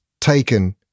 taken